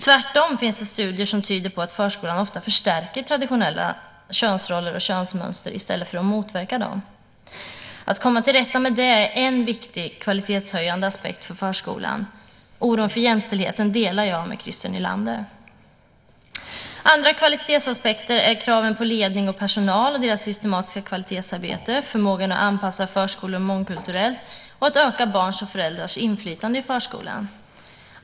Tvärtom tyder studier på att förskolan ofta förstärker traditionella könsroller och könsmönster i stället för att motverka dem. Att komma till rätta med detta är en viktig kvalitetshöjande aspekt för förskolan. Oron för jämställdheten delar jag med Christer Nylander. Andra kvalitetsaspekter är kraven på ledning och personal, deras systematiska kvalitetsarbete, förmågan att anpassa förskolor mångkulturellt och att öka barns och föräldrars inflytande i förskolan.